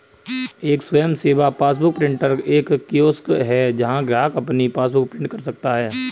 एक स्वयं सेवा पासबुक प्रिंटर एक कियोस्क है जहां ग्राहक अपनी पासबुक प्रिंट कर सकता है